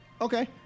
Okay